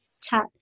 chat